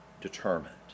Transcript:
determined